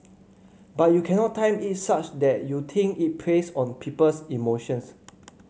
but you cannot time it such that you think it plays on people's emotions